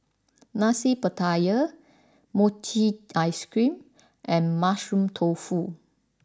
Nasi Pattaya Mochi Ice Ceam and Mushroom Tofu